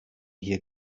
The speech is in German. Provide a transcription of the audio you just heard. hier